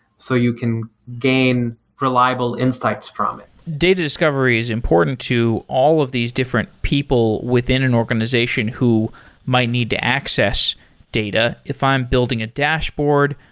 so you can gain reliable insights from it data discovery is important to all of these different people within an organization who might need to access data. if i'm building a dashboard,